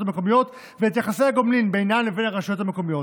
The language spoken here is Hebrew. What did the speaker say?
המקומיות ואת יחסי הגומלין בינן לבין הרשויות המקומיות.